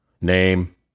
Name